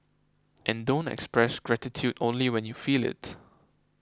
and don't express gratitude only when you feel it